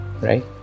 Right